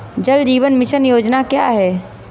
जल जीवन मिशन योजना क्या है?